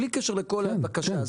בלי קשר לכל הבקשה.